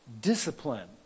discipline